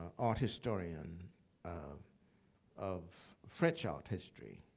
art historian um of french art history,